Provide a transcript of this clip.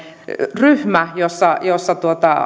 ryhmä jossa jossa